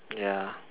ya